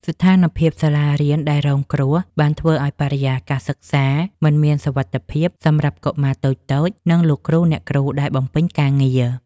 ស្ថានភាពសាលារៀនដែលរងគ្រោះ បានធ្វើឱ្យបរិយាកាសសិក្សាមិនមានសុវត្ថិភាពសម្រាប់កុមារតូចៗ និង លោកគ្រូអ្នកគ្រូដែលបំពេញការងារ។